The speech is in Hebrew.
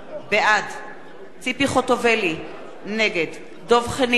בעד ציפי חוטובלי, נגד דב חנין,